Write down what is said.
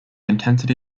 intensity